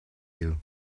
you